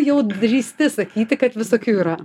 jau drįsti sakyti kad visokių yra